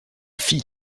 fille